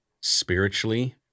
spiritually